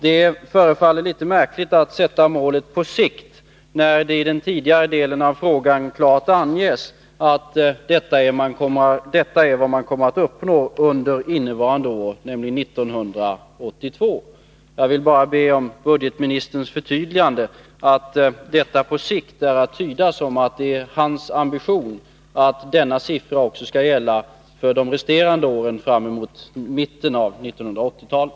Det förefaller litet märkligt att sätta målet ”på sikt”, när det tidigare i svaret klart anges att detta är vad man kommer att uppnå under innevarande år, dvs. 1982. Jag vill bara be om budgetministerns förtydligande, att detta ”på sikt” är att tyda så, att det är hans ambition att denna siffra också skall gälla för de resterande åren fram mot mitten av 1980-talet.